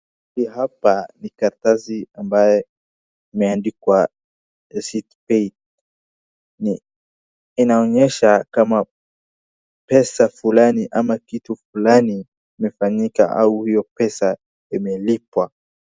Hii hapa ni karatasi ambaye imeandikwa receipt paid . Inaonyesha kama pesa fulani ama kitu fulani imefanyika au hiyo pesa imelipwa.